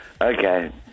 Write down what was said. okay